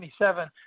1977